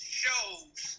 shows